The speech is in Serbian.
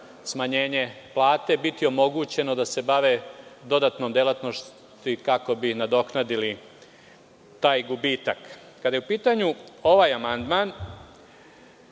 smanjenje plate, biti omogućeno da se bave dodatnom delatnošću kako bi nadoknadili taj gubitak. Kada je u pitanju ovaj amandman,